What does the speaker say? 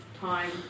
time